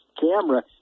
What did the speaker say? camera